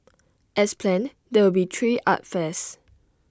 as planned there will be three art fairs